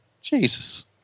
Jesus